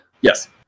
Yes